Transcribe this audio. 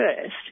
first